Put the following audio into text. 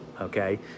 okay